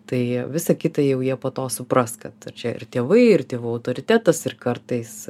tai visą kitą jau jie po to supras kad čia ir tėvai ir tėvų autoritetas ir kartais